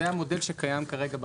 זה המודל שקיים כרגע בחקיקה.